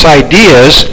ideas